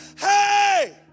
Hey